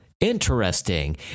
Interesting